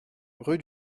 rue